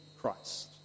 Christ